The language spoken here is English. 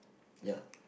ya